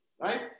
Right